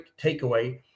takeaway